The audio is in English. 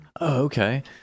okay